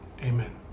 amen